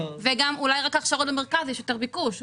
אולי הכשרות רק במרכז שם יש יותר ביקוש.